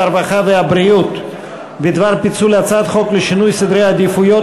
הרווחה והבריאות הצעה בדבר פיצול הצעת חוק לשינוי סדרי עדיפויות